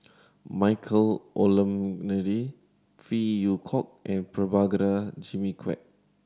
Michael Olcomendy Phey Yew Kok and Prabhakara Jimmy Quek